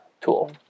tool